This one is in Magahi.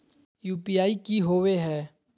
यू.पी.आई की होवे हय?